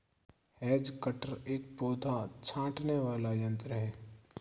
has cutter एक पौधा छाँटने वाला यन्त्र है